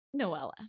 Noella